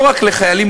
לא רק לחיילים,